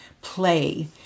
play